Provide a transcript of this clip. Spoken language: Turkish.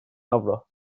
avro